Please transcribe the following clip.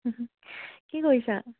কি কৰিছা